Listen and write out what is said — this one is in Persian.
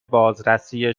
بازرسی